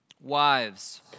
Wives